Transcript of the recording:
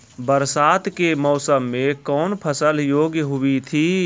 बरसात के मौसम मे कौन फसल योग्य हुई थी?